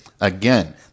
Again